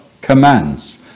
commands